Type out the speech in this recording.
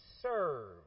serve